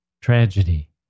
tragedy